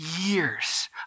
years